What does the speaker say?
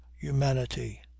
humanity